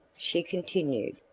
she continued.